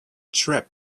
trip